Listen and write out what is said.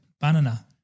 Banana